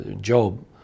job